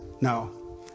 no